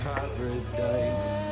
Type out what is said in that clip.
Paradise